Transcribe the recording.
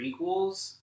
prequels